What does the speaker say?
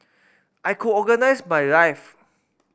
I could organise my life